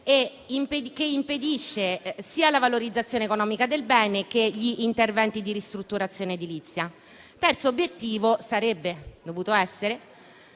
che impedisce sia la valorizzazione economica del bene, sia gli interventi di ristrutturazione edilizia. Il terzo obiettivo sarebbe dovuto essere